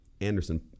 Anderson